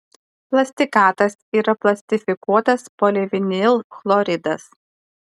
plastikatas yra plastifikuotas polivinilchloridas